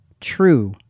true